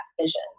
vision